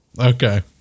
Okay